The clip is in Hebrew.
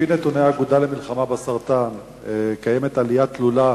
לפי נתוני האגודה למלחמה בסרטן יש עלייה תלולה